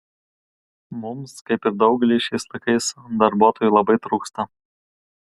mums kaip ir daugeliui šiais laikais darbuotojų labai trūksta